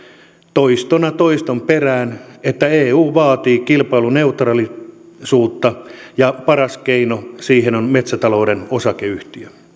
toistona toiston perään että eu vaatii kilpailuneutraalisuutta ja paras keino siihen on metsätalouden osakeyhtiö